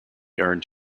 earned